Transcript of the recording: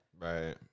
Right